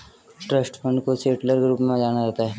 trust fund को settlor के रूप में जाना जाता है